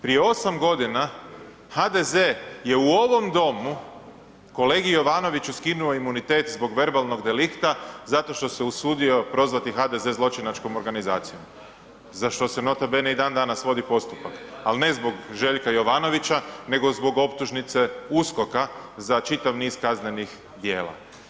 Prije 8 godina HDZ je u ovom Domu kolegi Jovanoviću skinuo imunitet zbog verbalnog delikta zato što se usudio prozvati HDZ zločinačkom organizacijom za što se nota bene i dan danas vodi postupak ali ne zbog Željka Jovanovića nego zbog optužnice USKOK-a za čitav niz kaznenih djela.